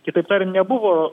kitaip tariant nebuvo